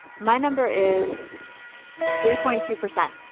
my number is three point two percent.